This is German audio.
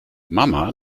mama